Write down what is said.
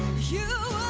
you